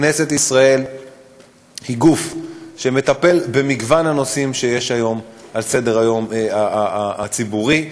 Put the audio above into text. כנסת ישראל היא גוף שמטפל במגוון הנושאים שעל סדר-היום הציבורי היום,